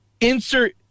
insert